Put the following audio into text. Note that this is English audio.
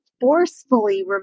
forcefully